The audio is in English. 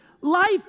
life